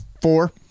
four